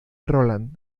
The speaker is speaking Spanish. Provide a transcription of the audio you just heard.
roland